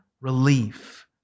relief